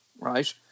Right